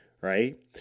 Right